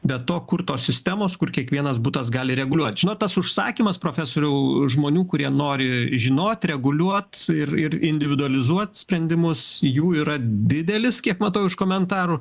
be to kur tos sistemos kur kiekvienas butas gali reguliuot žinot tas užsakymas profesoriau žmonių kurie nori žinot reguliuot ir ir individualizuot sprendimus jų yra didelis kiek matau iš komentarų